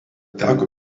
teko